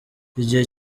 igihe